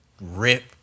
rip